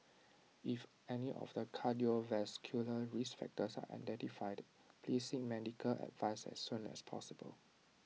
if any of the cardiovascular risk factors are identified please seek medical advice as soon as possible